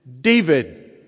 David